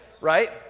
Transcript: right